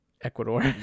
Ecuador